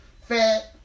fat